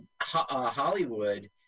Hollywood